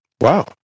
Wow